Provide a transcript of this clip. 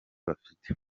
bafite